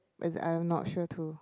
is I'm not sure too